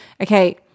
okay